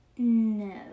No